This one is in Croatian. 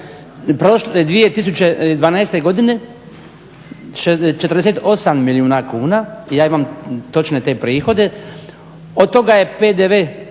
je 2012. godine 48 milijuna kuna. Ja imam točne te prihode. Od toga je PDV